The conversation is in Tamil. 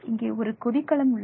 இங்கே ஒரு கொதிகலன் உள்ளது